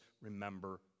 Remember